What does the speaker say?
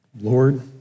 Lord